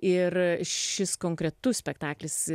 ir šis konkretus spektaklis